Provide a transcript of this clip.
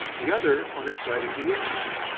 the other on exciting the interest.